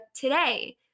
today